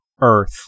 earth